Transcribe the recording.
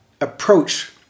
approach